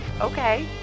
okay